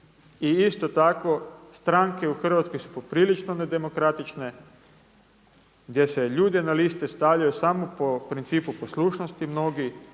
i isto tako stranke u Hrvatskoj su poprilično nedemokratične, gdje se ljude na liste stavljaju samo po principu poslušnosti mnogi